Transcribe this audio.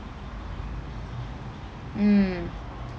mm